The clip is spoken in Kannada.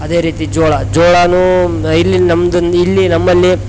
ಅದೇ ರೀತಿ ಜೋಳ ಜೋಳನು ಇಲ್ಲಿ ನಮ್ದೊಂದು ಇಲ್ಲಿ ನಮ್ಮಲ್ಲಿ